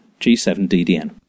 G7DDN